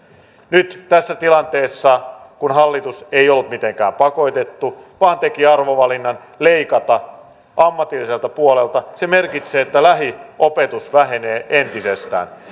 nyt kun tässä tilanteessa hallitus ei ollut mitenkään pakotettu vaan teki arvovalinnan leikataan ammatilliselta puolelta se merkitsee että lähiopetus vähenee entisestään